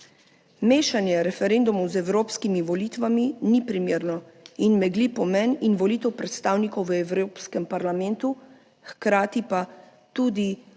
Mešanje referendumov z evropskimi volitvami ni primerno in megli pomen in volitev predstavnikov v Evropskem parlamentu, hkrati pa tudi ni